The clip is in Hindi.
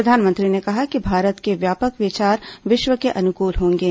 प्रधानमंत्री ने कहा कि भारत के व्योपक विचार विश्व के अनुकूल होंगे